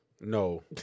No